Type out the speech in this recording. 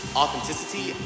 authenticity